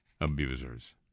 abusers